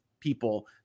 people